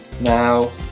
Now